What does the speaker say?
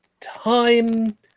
time